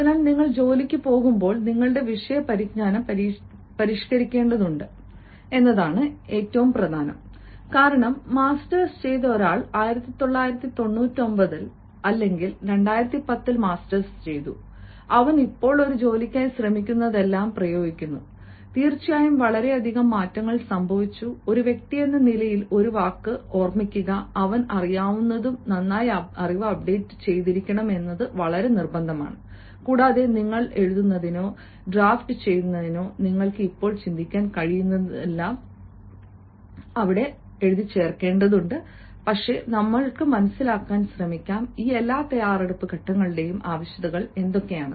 അതിനാൽ നിങ്ങൾ ജോലിക്ക് പോകുമ്പോൾ നിങ്ങളുടെ വിഷയ പരിജ്ഞാനം പരിഷ്കരിക്കേണ്ടതുണ്ട് എന്നതാണ് ഏറ്റവും പ്രധാനം കാരണം മാസ്റ്റേഴ്സ് ചെയ്ത ഒരാൾ 1999 അല്ലെങ്കിൽ 2010 ൽ മാസ്റ്റേഴ്സ് ചെയ്തു അവൻ ഇപ്പോൾ ഒരു ജോലിക്കായി ശ്രമിക്കുന്നതെല്ലാം പ്രയോഗിക്കുന്നു തീർച്ചയായും വളരെയധികം മാറ്റങ്ങൾ സംഭവിച്ചു ഒരു വ്യക്തിയെന്ന നിലയിൽ ഒരു വാക്ക് ഓർമ്മിക്കുക അവൻ അറിയാവുന്നതും നന്നായി അറിവ് അപ്ഡേറ്റുചെയ്തിരിക്കണം കൂടാതെ നിങ്ങൾ എഴുതുന്നതിനോ ഡ്രാഫ്റ്റുചെയ്യുന്നതിനോ നിങ്ങൾക്ക് ഇപ്പോൾ ചിന്തിക്കാൻ കഴിയുന്നതെല്ലാം ഉണ്ടായിരിക്കണം പക്ഷേ നമ്മൾക്ക് മനസ്സിലാക്കാൻ ശ്രമിക്കാം ഈ എല്ലാ തയ്യാറെടുപ്പ് ഘട്ടങ്ങളുടെയും ആവശ്യകതകൾ എന്തൊക്കെയാണ്